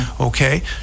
Okay